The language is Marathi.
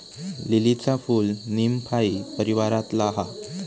लीलीचा फूल नीमफाई परीवारातला हा